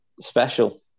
special